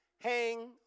hang